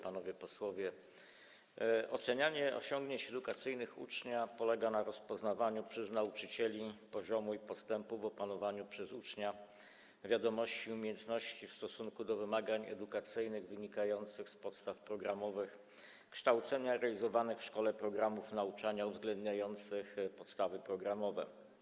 Panowie posłowie, ocenianie osiągnięć edukacyjnych ucznia polega na rozpoznawaniu przez nauczycieli poziomu i postępu w opanowaniu przez ucznia wiadomości i umiejętności w stosunku do wymagań edukacyjnych wynikających z podstaw programowych kształcenia, realizowanych w szkole programów nauczania uwzględniających podstawy programowe.